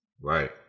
Right